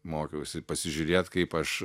mokiausi pasižiūrėt kaip aš